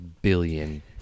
billion